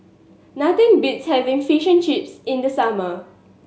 nothing beats having Fish and Chips in the summer